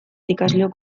ikasleok